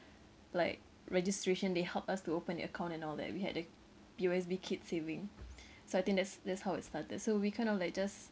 like registration they help us to open the account and all that we had a P_O_S_B kids saving so I think that's that's how it started so we kind of like just